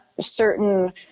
certain